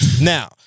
Now